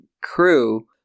crew